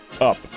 up